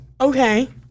okay